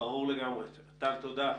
ברור לגמרי, תודה.